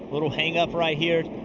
little hangup right here.